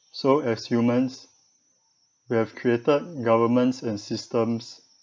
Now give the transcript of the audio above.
so as humans we have created governments and systems